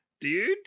Dude